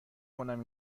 کنم